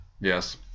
Yes